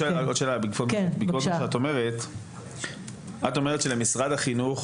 את אומרת בעצם, למשרד החינוך